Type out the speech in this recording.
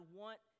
want